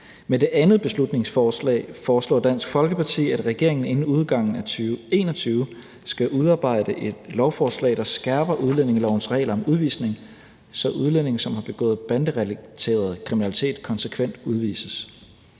Med det andet beslutningsforslag foreslår Dansk Folkeparti, at regeringen inden udgangen af 2021 skal udarbejde et lovforslag, der skærper udlændingelovens regler om udvisning, så udlændinge, som har begået banderelateret kriminalitet, konsekvent udvises.